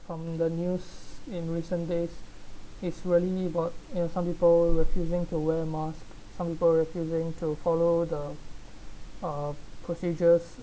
from the news in recent days is really about you know some people refusing to wear mask some people refusing to follow the uh procedures